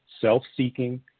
self-seeking